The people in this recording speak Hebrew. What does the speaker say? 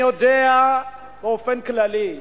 אני יודע באופן כללי,